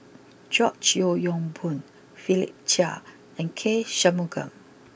George Yeo Yong Boon Philip Chia and K Shanmugam